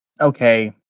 okay